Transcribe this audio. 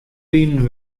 wienen